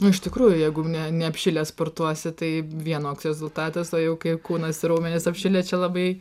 nu iš tikrųjų jeigu ne neapšilęs sportuosi tai vienoks rezultatas o jau kaip kūnas ir raumenys apšilę čia labai